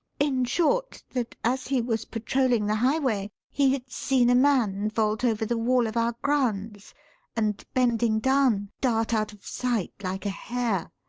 in short, that, as he was patrolling the highway, he had seen a man vault over the wall of our grounds and, bending down, dart out of sight like a hare.